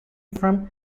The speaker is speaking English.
from